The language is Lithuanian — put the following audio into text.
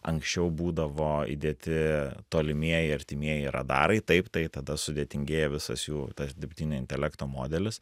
anksčiau būdavo įdėti tolimieji artimieji radarai taip tai tada sudėtingėja visas jų tas dirbtinio intelekto modelis